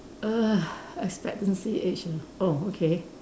err expectancy age ah oh okay